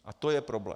A to je problém.